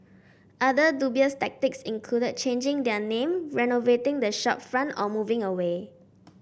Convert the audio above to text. other dubious tactics included changing their name renovating the shopfront or moving away